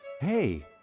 Hey